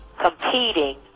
competing